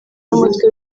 n’umutwe